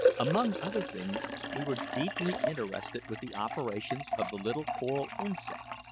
among other things, we were deeply interested with the operations of the little coral insect,